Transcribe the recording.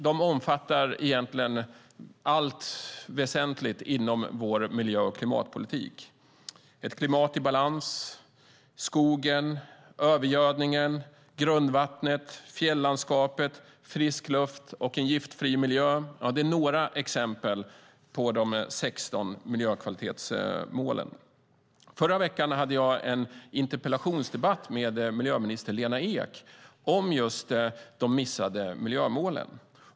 De omfattar allt väsentligt inom vår miljö och klimatpolitik. Ett klimat i balans, skogen, övergödningen, grundvattnet, fjällandskapet, frisk luft och en giftfri miljö är några exempel på vad som omfattas av de 16 miljökvalitetsmålen. Förra veckan hade jag en interpellationsdebatt med miljöminister Lena Ek om just de missade miljömålen.